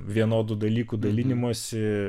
vienodų dalykų dalinimosi